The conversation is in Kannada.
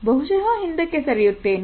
ಬಹುಶಃ ಹಿಂದಕ್ಕೆ ಸರಿಯುತ್ತೇನೆ